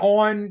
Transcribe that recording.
on